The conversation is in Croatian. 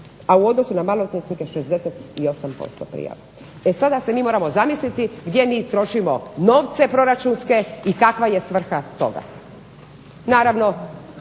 a u odnosu na maloljetnike 68% prijava. E sada se mi moramo zamisliti gdje mi trošimo novce proračunske i kakva je svrha toga. Naravno